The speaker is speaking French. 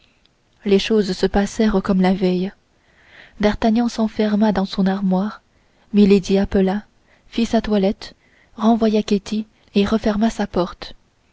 les choses se passèrent comme la veille d'artagnan s'enferma dans son armoire milady appela fit sa toilette renvoya ketty et referma sa porte